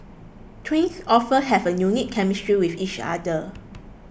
twins often have a unique chemistry with each other